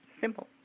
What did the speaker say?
simple